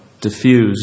diffused